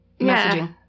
messaging